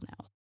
now